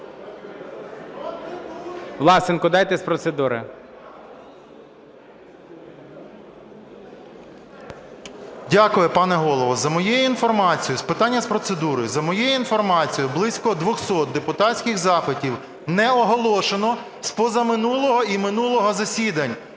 Власенку, дайте з процедури. 11:17:30 ВЛАСЕНКО С.В. Дякую. Пане Голово, за моєю інформацією, з питання з процедури, за моєю інформацією, близько 200 депутатських запитів не оголошено з позаминулого і минулого засідань.